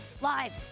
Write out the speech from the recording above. live